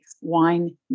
wine